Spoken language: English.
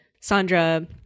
Sandra